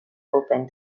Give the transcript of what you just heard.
open